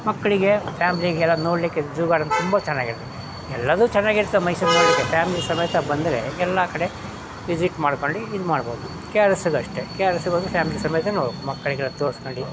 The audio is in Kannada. ಮಕ್ಕಳಿಗೆ ಫ್ಯಾಮ್ಲಿಗೆಲ್ಲ ನೋಡಲಿಕ್ಕೆ ಜೂ ಗಾರ್ಡನ್ ತುಂಬ ಚೆನ್ನಾಗಿದೆ ಎಲ್ಲದ್ದೂ ಚೆನ್ನಾಗಿರುತ್ತೆ ಮೈಸೂರಿನಲ್ಲಿದೆ ಫ್ಯಾಮ್ಲಿ ಸಮೇತ ಬಂದರೆ ಎಲ್ಲ ಕಡೆ ವಿಸಿಟ್ ಮಾಡ್ಕೊಂಡು ಇದು ಮಾಡ್ಬೋದು ಕೆ ಆರ್ ಎಸ್ಸಲ್ಲು ಅಷ್ಟೇ ಕೆ ಆರ್ ಎಸ್ಗೆ ಹೋದ್ರು ಫ್ಯಾಮಿಲಿ ಸಮೇತ ನೋಡಿ ಮಕ್ಕಳಿಗೆಲ್ಲ ತೋರ್ಸ್ಕೊಂಡು